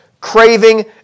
craving